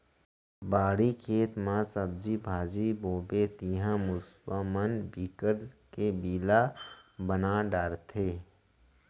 बाड़ी, खेत म सब्जी भाजी बोबे तिंहा मूसवा मन बिकट के बिला बना डारथे